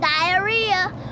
Diarrhea